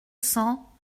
cents